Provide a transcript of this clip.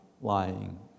lying